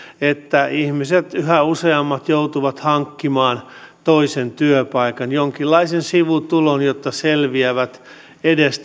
että ihmiset yhä useammat joutuvat hankkimaan toisen työpaikan jonkinlaisen sivutulon jotta selviävät edes